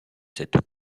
cette